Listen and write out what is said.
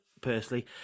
personally